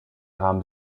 haben